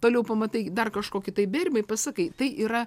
toliau pamatai dar kažkokį tai bėrimai pasakai tai yra